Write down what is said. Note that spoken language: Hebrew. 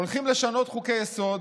הולכים לשנות חוקי-יסוד.